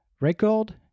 Record